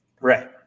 Right